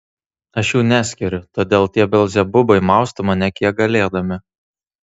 aš jų neskiriu todėl tie belzebubai mausto mane kiek galėdami